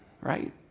right